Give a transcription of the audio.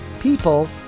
people